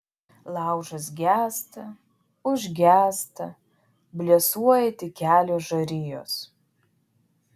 laužas gęsta užgęsta blėsuoja tik kelios žarijos